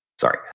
Sorry